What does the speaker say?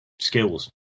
skills